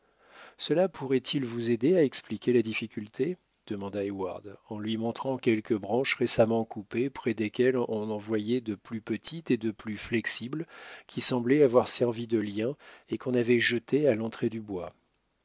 cela pourrait-il vous aider à expliquer la difficulté demanda heyward en lui montrant quelques branches récemment coupées près desquelles on en voyait de plus petites et de plus flexibles qui semblaient avoir servi de liens et qu'on avait jetées à l'entrée du bois